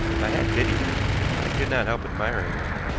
i had pitied her, now i could not help admiring her.